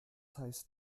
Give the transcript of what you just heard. heißt